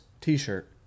t-shirt